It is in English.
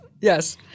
yes